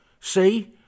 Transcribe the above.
See